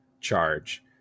charge